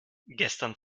gestern